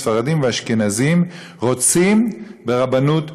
ספרדים ואשכנזים רוצים רבנות מאוחדת,